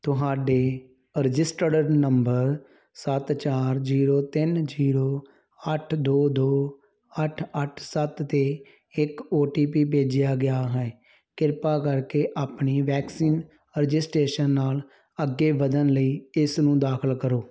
ਤੁਹਾਡੇ registered number ਸੱਤ ਚਾਰ ਜ਼ੀਰੋ ਤਿੰਨ ਜ਼ੀਰੋ ਅੱਠ ਦੋ ਦੋ ਅੱਠ ਅੱਠ ਸੱਤ 'ਤੇ ਇੱਕ ਓ ਟੀ ਪੀ ਭੇਜਿਆ ਗਿਆ ਹੈ ਕਿਰਪਾ ਕਰਕੇ ਆਪਣੀ ਵੈਕਸੀਨ ਰਜਿਸਟ੍ਰੇਸ਼ਨ ਨਾਲ ਅੱਗੇ ਵਧਣ ਲਈ ਇਸਨੂੰ ਦਾਖਲ ਕਰੋ